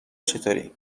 چطوری